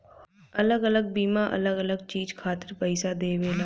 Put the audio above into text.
अलग अलग बीमा अलग अलग चीज खातिर पईसा देवेला